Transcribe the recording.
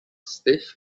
stiff